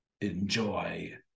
enjoy